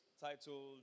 titled